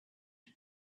and